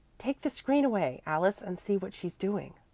take the screen away, alice, and see what she's doing.